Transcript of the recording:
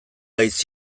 haiz